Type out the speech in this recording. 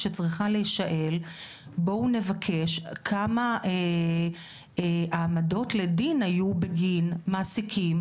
השאלה שצריכה להישאל כמה העמדות לדין היו בגין מעסיקים,